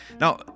Now